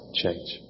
change